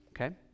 okay